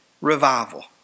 revival